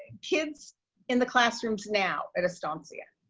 kids in the classrooms now at estancia.